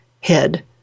head